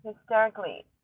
hysterically